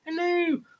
Hello